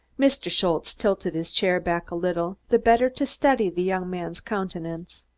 mr. schultze tilted his chair back a little, the better to study the young man's countenance.